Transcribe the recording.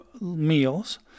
meals